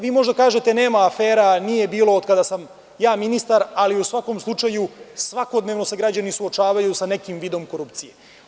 Vi možete da kažete - nema afera, nije bilo od kada sam ja ministar, ali u svakom slučaju svakodnevno se građani suočavaju sa nekim vidom korupcije.